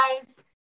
guys